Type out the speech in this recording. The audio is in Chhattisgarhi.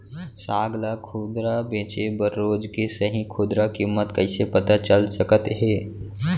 साग ला खुदरा बेचे बर रोज के सही खुदरा किम्मत कइसे पता चल सकत हे?